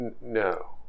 No